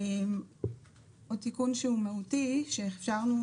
עוד תיקון שהוא מהותי שהכשרנו